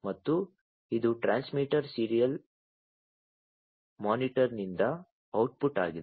ಮತ್ತು ಇದು transmitter serial ಮಾನಿಟರ್ನಿಂದ ಔಟ್ಪುಟ್ ಆಗಿದೆ